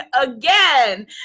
again